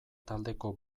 taldeko